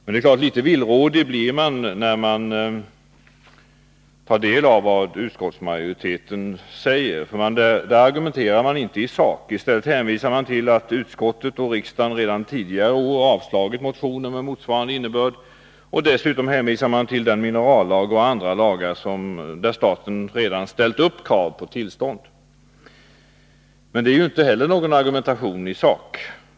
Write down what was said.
Men det är klart att man blir litet villrådig när man tar del av vad utskottsmajoriteten säger i betänkandet. Där argumenterar man inte i sak — i stället hänvisar man till att utskottet och riksdagen redan tidigare år avstyrkt och avslagit motioner med motsvarande innebörd. Dessutom hänvisar man till minerallagen och andra lagar där staten redan ställt upp krav på tillstånd. Det är ju inte heller någon argumentation i sak.